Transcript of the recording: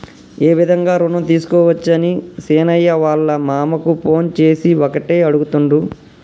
ఏ విధంగా రుణం తీసుకోవచ్చని సీనయ్య వాళ్ళ మామ కు ఫోన్ చేసి ఒకటే అడుగుతుండు